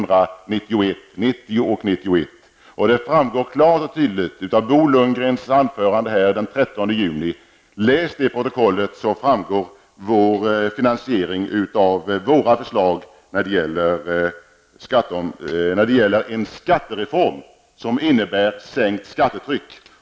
Det framgår klart och tydligt av Bo Lundgrens anförande den 13 juni. Läs det protokollet! Där framgår vår finanisering av våra förslag till en skattereform, som innebär ett sänkt skattetryck.